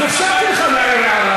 אז הרשיתי לך להעיר הערה.